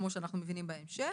כמו שאנחנו מבינים בהמשך.